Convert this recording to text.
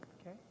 Okay